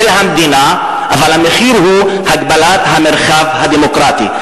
המדינה אבל המחיר הוא הגבלת המרחב הדמוקרטי.